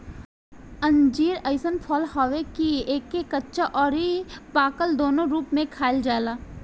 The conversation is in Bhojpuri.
अंजीर अइसन फल हवे कि एके काच अउरी पाकल दूनो रूप में खाइल जाला